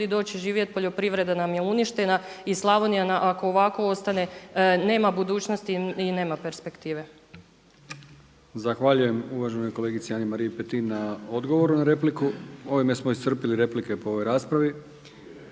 doći i živjeti, poljoprivreda nam je uništena i Slavonija ako ovako ostane nama budućnosti i nema perspketive. **Brkić, Milijan (HDZ)** Zahvaljujem uvaženoj kolegici Ana-Mariji Petin na odgovoru na repliku. Ovime smo iscrpili replike po ovoj raspravi.